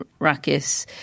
Rakis